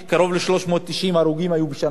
אם ניקח את הנושא הזה ואת המספר הזה,